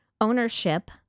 ownership